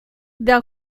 thou